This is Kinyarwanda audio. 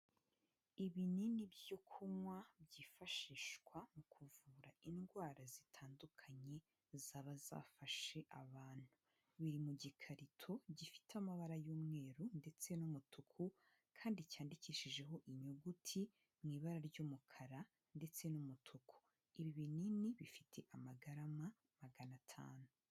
Ibinini byo kunywa byifashishwa mu kuvura indwara zitandukanye zaba zafashe abantu, biri mu gikarito gifite amabara y'umweru ndetse n'umutuku kandi cyandikishijeho inyuguti mu ibara ry'umukara ndetse n'umutuku, ibi binini bifite amagarama magana atanu.